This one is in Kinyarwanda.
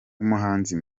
umuhanzi